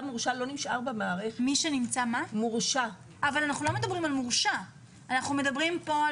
אבל אנחנו לא מדברים על מורשע אלא על